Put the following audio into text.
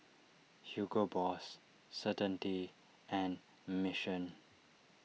Hugo Boss Certainty and Mission